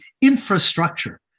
infrastructure